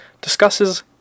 discusses